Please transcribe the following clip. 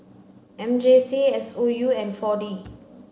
M J C S O U and four D